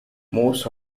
most